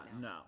no